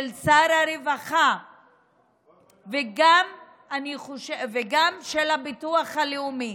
של שר הרווחה וגם של הביטוח הלאומי.